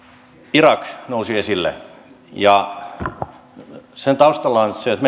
irak nousi esille sen taustalla on nyt se että